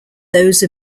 those